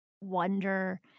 wonder